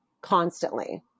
constantly